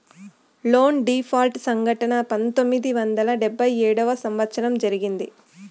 loan default సంఘటన పంతొమ్మిది వందల డెబ్భై ఏడవ సంవచ్చరంలో జరిగింది